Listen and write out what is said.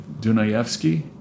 Dunayevsky